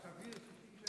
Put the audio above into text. סביר בעיניך?